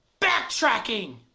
backtracking